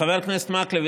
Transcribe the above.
חבר הכנסת מקלב,